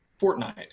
Fortnite